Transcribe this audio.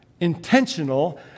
intentional